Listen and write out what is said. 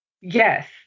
Yes